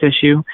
issue